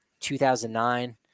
2009